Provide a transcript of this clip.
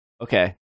okay